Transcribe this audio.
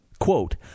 Quote